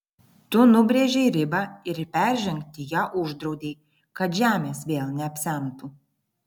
tu nubrėžei ribą ir peržengti ją uždraudei kad žemės vėl neapsemtų